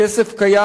הכסף קיים.